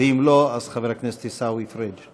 ואם לא, חבר הכנסת עיסאווי פריג'.